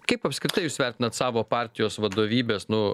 kaip apskritai jūs vertinat savo partijos vadovybės nu